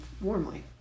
warmly